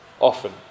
often